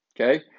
okay